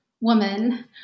woman